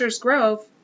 Grove